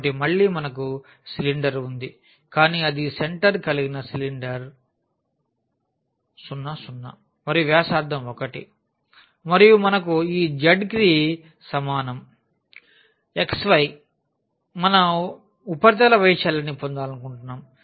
కాబట్టి మళ్ళీ మనకు సిలిండర్ ఉంది కానీ అది సెంటర్ కలిగిన సిలిండర్ 0 0 మరియు వ్యాసార్థం 1 మరియు మనకు ఈ z కి సమానం xy మనం ఉపరితల వైశాల్యాన్ని పొందాలనుకుంటున్నాము